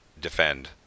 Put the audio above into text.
defend